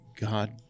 God